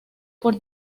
por